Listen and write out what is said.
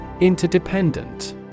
Interdependent